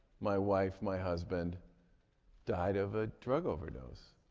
my wife, my husband died of a drug overdose,